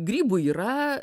grybų yra